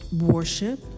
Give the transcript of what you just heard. worship